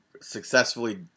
successfully